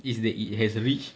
is that it has reached